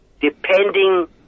depending